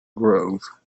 grove